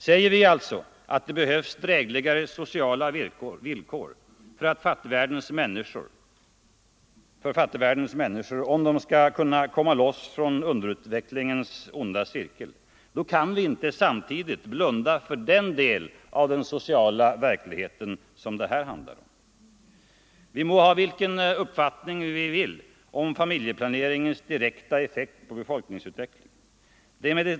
Säger vi alltså att det behövs drägligare sociala villkor för fattigvärldens människor om de skall komma loss från underutvecklingens onda cirkel, då kan vi inte samtidigt blunda för den del av den sociala verklighet som det här rör sig om. Vi må ha vilken uppfattning vi vill om familjeplaneringens direkta effekt på befolkningsutvecklingen.